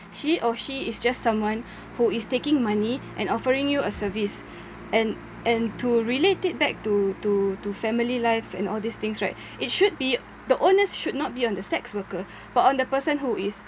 she or he is just someone who is taking money and offering you a service and and to relate it back to to to family life and all these things right it should be the onus should not be on the sex worker but on the person who is